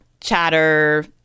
chatter